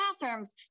bathrooms